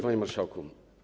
Panie Marszałku!